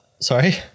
Sorry